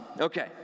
Okay